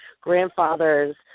grandfather's